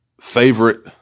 favorite